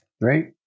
right